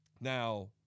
Now